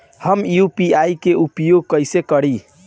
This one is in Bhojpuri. हम यू.पी.आई के उपयोग कइसे करी?